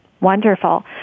Wonderful